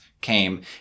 came